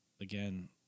again